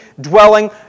dwelling